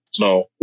No